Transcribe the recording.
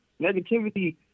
Negativity